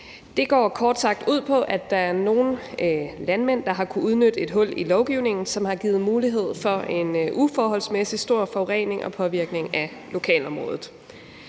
Den går kort sagt ud på, at der er nogle landmænd, der har kunnet udnytte et hul i lovgivningen, som har givet mulighed for en uforholdsmæssig stor grad af forurening og påvirkning af lokalområdet.